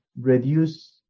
reduce